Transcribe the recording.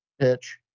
pitch